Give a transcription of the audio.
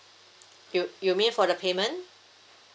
you you mean for the payment